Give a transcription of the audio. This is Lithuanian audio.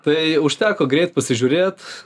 tai užteko greit pasižiūrėt